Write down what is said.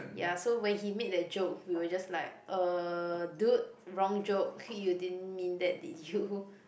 ya so when he made that joke we were just like uh dude wrong joke you didn't mean that did you